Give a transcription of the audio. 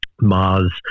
Mars